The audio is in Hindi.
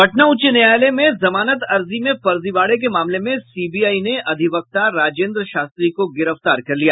पटना उच्च न्यायालय में जमानत अर्जी में फर्जीवाड़े के मामले में सीबीआई ने अधिवक्ता राजेंद्र शास्त्री को गिरफ्तार कर लिया